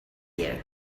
here